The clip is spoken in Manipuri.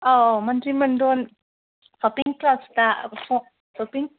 ꯑꯧ ꯃꯟꯇ꯭ꯔꯤ ꯃꯟꯗꯣꯟ ꯁꯣꯞꯄꯤꯡ ꯀ꯭ꯂꯕꯇ ꯁꯣꯞꯄꯤꯡ